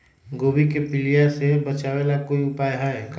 गोभी के पीलिया से बचाव ला कोई उपाय है का?